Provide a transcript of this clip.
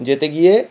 যেতে গিয়ে